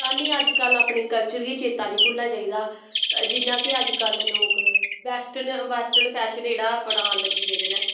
साह्नू अज कल अपने कल्चर गी चेत्ता नी भुल्लना चाहिदा जियां की अज कल लोग बैसटर्न फैशन जेह्ड़ा अपनान लगी पेदे नै